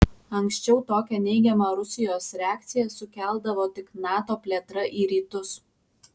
anksčiau tokią neigiamą rusijos reakciją sukeldavo tik nato plėtra į rytus